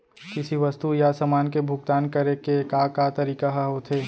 किसी वस्तु या समान के भुगतान करे के का का तरीका ह होथे?